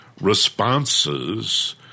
responses